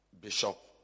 Bishop